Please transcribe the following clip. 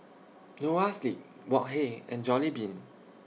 Noa Sleep Wok Hey and Jollibean